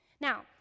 Now